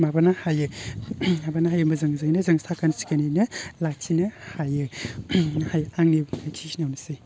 माबानो हायो माबानो हायो मोजां जोंनो जों साखोन सिखोनैनो लाखिनो हायो हायो आंनि बुंनाया बेखिनियावनोसै